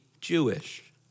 Jewish